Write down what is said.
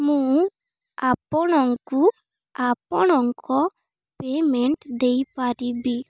ମୁଁ ଆପଣଙ୍କୁ ଆପଣଙ୍କ ପେମେଣ୍ଟ ଦେଇପାରିବି